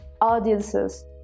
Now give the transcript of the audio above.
audiences